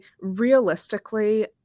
Realistically